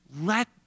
let